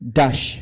dash